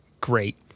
great